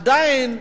עדיין,